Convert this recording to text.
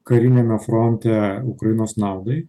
kariniame fronte ukrainos naudai